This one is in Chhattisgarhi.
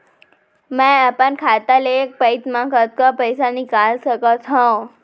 मैं अपन खाता ले एक पइत मा कतका पइसा निकाल सकत हव?